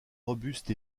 robuste